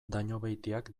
dañobeitiak